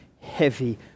heavy